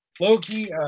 Loki